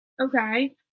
okay